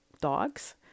dogs